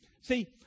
See